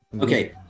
Okay